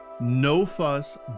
no-fuss